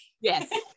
Yes